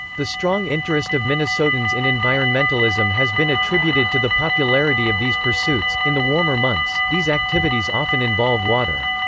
the strong interest of minnesotans in environmentalism has been attributed to the popularity of these pursuits in the warmer months, these activities often involve water.